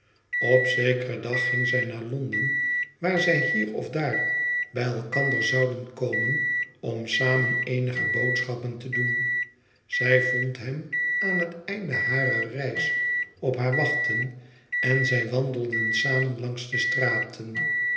op zekeren dag ging zij naar londen waar zij hier of daar bij elkander zouden komen om samen eenige boodschappen te doen zij vond hem aan het einde harer reis op haar wachten en zij wandelden samen langs de straten